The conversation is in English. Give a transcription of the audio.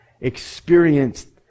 experienced